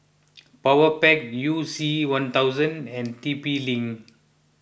Powerpac You C one thousand and T P Link